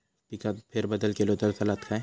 पिकात फेरबदल केलो तर चालत काय?